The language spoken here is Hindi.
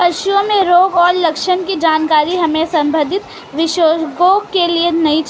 पशुओं में रोग और लक्षण की जानकारी हमें संबंधित विशेषज्ञों से लेनी चाहिए